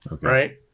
right